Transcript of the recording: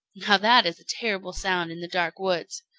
now that is a terrible sound in the dark woods,